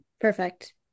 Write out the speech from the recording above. Perfect